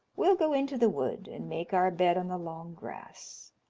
we'll go into the wood, and make our bed on the long grass.